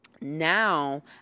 now